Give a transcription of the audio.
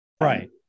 Right